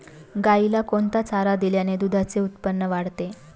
गाईला कोणता चारा दिल्याने दुधाचे उत्पन्न वाढते?